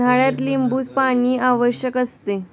उन्हाळ्यात लिंबूपाणी आवश्यक असते